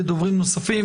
ודוברים נוספים.